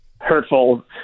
hurtful